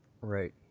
right